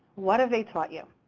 what have they taught you?